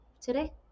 today